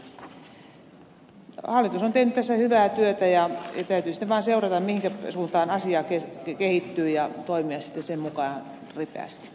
hallitus on tehnyt tässä hyvää työtä ja täytyy sitten vaan seurata mihinkä suuntaan asia kehittyy ja toimia sitten sen mukaan ripeästi